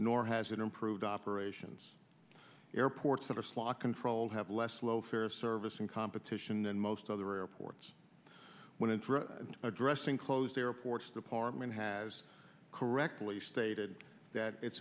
nor has it improved operations airports that are slot controlled have less low fare service and competition than most other airports when intra addressing closed airports department has correctly stated that it's